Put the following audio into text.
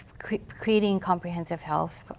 creating comprehensive health